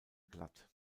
glatt